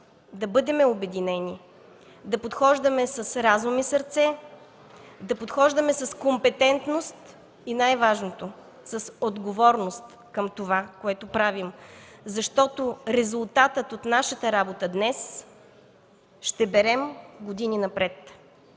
да бъдем обединени, да подхождаме с разум и сърце, да подхождаме с компетентност и най-важното – с отговорност към това, което правим. Резултатът от нашата работа днес ще берем години напред.